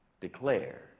declare